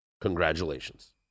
Congratulations